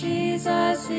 Jesus